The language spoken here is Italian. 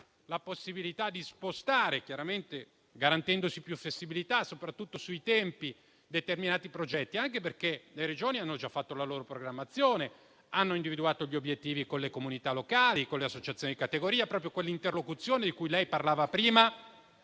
progetti, chiaramente garantendosi più flessibilità soprattutto sui tempi, anche perché le Regioni hanno già fatto la loro programmazione, hanno individuato gli obiettivi con le comunità locali, con le associazioni di categoria. Proprio quell'interlocuzione di cui lei parlava prima